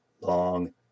long